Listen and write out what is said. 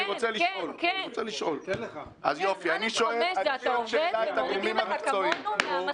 אני רוצה לשאול --- א/5 זה שאתה עובד ומורידים לך כמונו מהמשכורת.